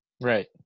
Right